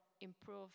improve